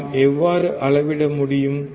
நாம் எவ்வாறு அளவிட முடியும்